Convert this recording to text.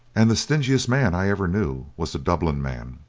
and the stingiest man i ever knew was a dublin man.